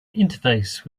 interface